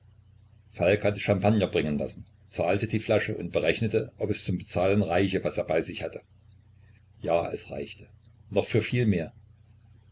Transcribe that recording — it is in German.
hatte champagner bringen lassen zahlte die flaschen und berechnete ob es zum bezahlen reiche was er bei sich hatte ja es reichte noch für viel mehr